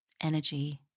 energy